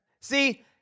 See